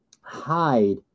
hide